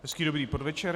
Hezký dobrý podvečer.